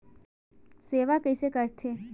सेवा कइसे करथे?